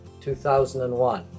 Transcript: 2001